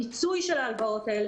המיצוי של ההלוואות האלה,